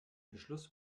beschluss